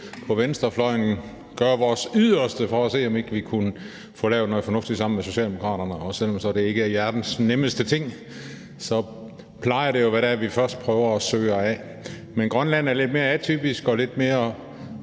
på venstrefløjen gøre vores yderste for at se, om ikke vi kunne få lavet noget fornuftigt sammen med Socialdemokraterne. Og selv om det så ikke er verdens nemmeste ting, plejer det jo at være det, vi først prøver at søge af. Men Grønland er lidt mere atypisk, og partierne